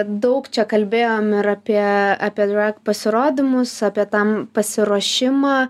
daug čia kalbėjom ir apie apie drag pasirodymus apie tam pasiruošimą